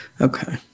Okay